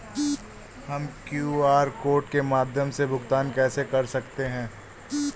हम QR code के माध्यम से भुगतान कैसे कर सकते हैं?